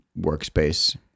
workspace